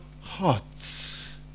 hearts